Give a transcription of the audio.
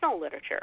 literature